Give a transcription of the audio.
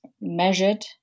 measured